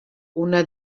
una